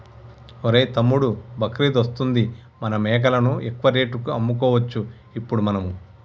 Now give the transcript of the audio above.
ఒరేయ్ తమ్ముడు బక్రీద్ వస్తుంది మన మేకలను ఎక్కువ రేటుకి అమ్ముకోవచ్చు ఇప్పుడు మనము